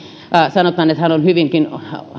sanotaan että hän hyvinkin